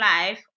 life